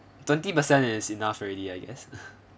twenty percent is enough already I guess